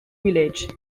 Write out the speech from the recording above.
village